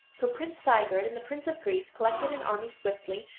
so prince sigurd and the prince of greece collected an army swiftly,